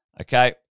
okay